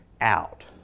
out